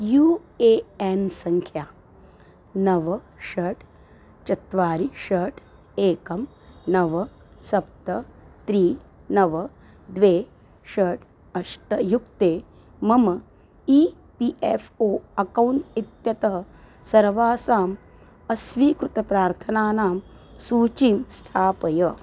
you A N सङ्ख्या नव षट् चत्वारि षट् एकं नव सप्त त्रीणि नव द्वे षट् अष्ट युक्ते मम E P F O account इत्यतः सर्वासाम् अस्वीकृतप्रार्थनानां सूचीं स्थापय